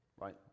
Right